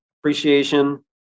Appreciation